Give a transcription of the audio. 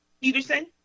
Peterson